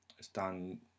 stand